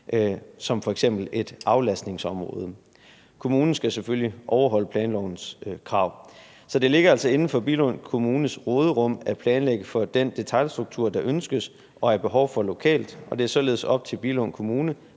som f.eks. et aflastningsområde. Kommunen skal selvfølgelig overholde planlovens krav. Så det ligger altså indenfor Billund Kommunes råderum at planlægge for den detailstruktur, der ønskes og er behov for lokalt, og det er således op til Billund Kommune,